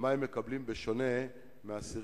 ומה הם מקבלים בשונה מאסירים,